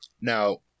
Now